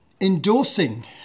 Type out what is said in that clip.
endorsing